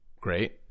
great